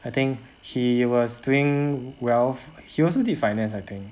I think he was doing wealth he also did finance I think